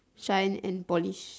shine and polish